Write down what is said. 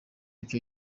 icyo